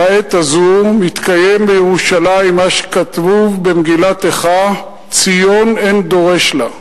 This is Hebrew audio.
בעת הזאת מתקיים בירושלים מה שכתוב במגילת איכה: ציון אין דורש לה,